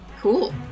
Cool